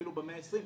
אפילו במאה ה-20,